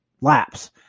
laps